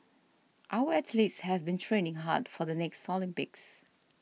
our athletes have been training hard for the next Olympics